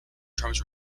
terms